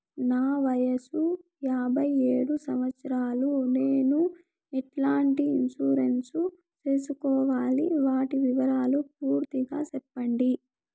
నా వయస్సు యాభై ఏడు సంవత్సరాలు నేను ఎట్లాంటి ఇన్సూరెన్సు సేసుకోవాలి? వాటి వివరాలు పూర్తి గా సెప్పండి?